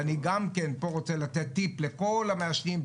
ואני רוצה לתת טיפ לכל המעשנים,